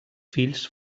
fills